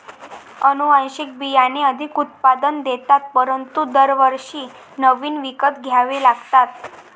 अनुवांशिक बियाणे अधिक उत्पादन देतात परंतु दरवर्षी नवीन विकत घ्यावे लागतात